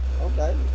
Okay